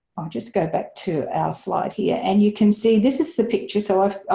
i'll just go back to our slide here, and you can see this is the picture. so i've,